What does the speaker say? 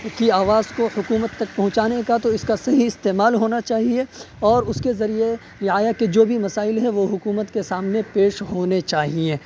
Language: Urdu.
کی آواز کو حکومت تک پہنچانے کا تو اس کا صحیح استعمال ہونا چاہیے اور اس کے ذریعے رعایا کے جو بھی مسائل ہے وہ حکومت کے سامنے پیش ہونے چاہئیں